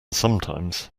sometimes